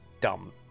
dumb